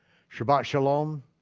shabbat shalom